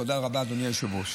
תודה רבה, אדוני היושב-ראש.